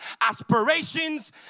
aspirations